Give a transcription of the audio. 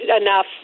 enough